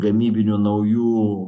gamybinių naujų